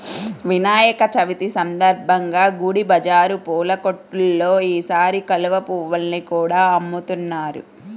వినాయక చవితి సందర్భంగా గుడి బజారు పూల కొట్టుల్లో ఈసారి కలువ పువ్వుల్ని కూడా అమ్ముతున్నారు